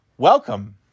Welcome